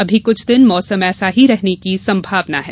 अमी कुछ दिन मौसम ऐसा ही रहने की संभावना है